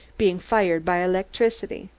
being fired by electricity.